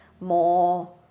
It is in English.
more